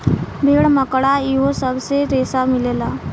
भेड़, मकड़ा इहो सब से रेसा मिलेला